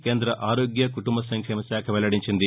కేంద్ర ఆరోగ్య కుటుంబ సంక్షేమశాఖ వెల్లడించింది